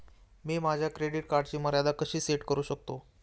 मी माझ्या क्रेडिट कार्डची मर्यादा कशी सेट करू शकतो?